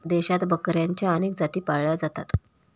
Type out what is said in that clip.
देशात बकऱ्यांच्या अनेक जाती पाळल्या जातात